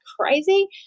crazy